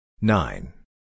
Nine